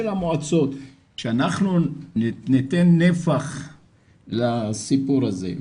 שאנחנו ניתן נפח לסיפור הזה,